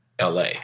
LA